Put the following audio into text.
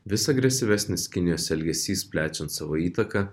vis agresyvesnis kinijos elgesys plečiant savo įtaką